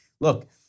Look